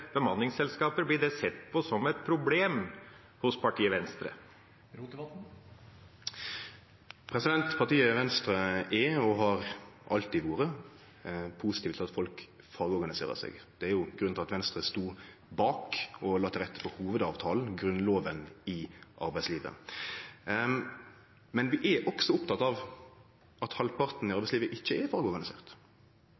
er: Blir denne utviklinga knyttet til bemanningsselskap sett på som et problem i partiet Venstre? Partiet Venstre er og har alltid vore positive til at folk fagorganiserer seg. Det er grunnen til at Venstre stod bak og la til rette for hovudavtalen – grunnlova i arbeidslivet. Men vi er også opptekne av at halvparten i